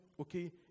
okay